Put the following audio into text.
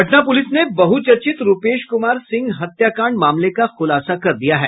Patna police ने बहुचर्चित रूपेश कुमार सिंह हत्याकांड मामले का खुलासा कर दिया है